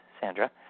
Sandra